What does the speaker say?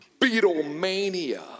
Beatlemania